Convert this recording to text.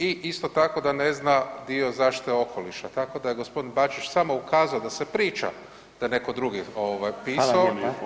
I isto tako, da ne zna dio zaštite okoliša, tako da je g. Bačić samo ukazao da se priča da netko drugi pisao